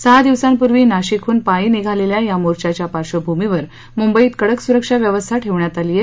सहा दिवसांपूर्वी नाशिकहन पायी निघालेल्या या मोर्चाच्या पार्श्वभूमीवर मुंबईत कडक सुरक्षा व्यवस्था ठेवण्यात आली आहे